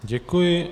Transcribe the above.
Děkuji.